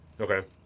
Okay